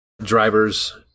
drivers